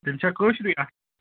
تیٚلہِ چھا کٲشرُے اَتھ